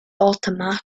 automatic